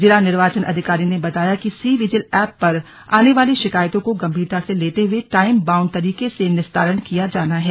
जिला निर्वाचन अधिकारी ने बताया कि सी विजिल एप पर आने वाली शिकायतों को गम्भीरता से लेते हुए टाईम बाउंड तरीके से निस्तारण किया जाना है